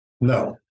No